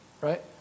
right